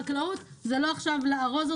אם נוריד את החקלאות ולא יהיה את הענף הזה,